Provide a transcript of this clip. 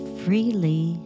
freely